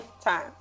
time